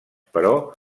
però